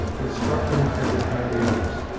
it struck him as it had the others,